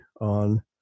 on